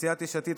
סיעת יש עתיד,